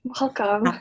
Welcome